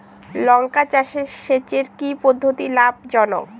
লঙ্কা চাষে সেচের কি পদ্ধতি লাভ জনক?